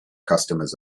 customers